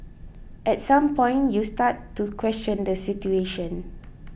at some point you start to question the situation